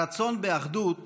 הרצון באחדות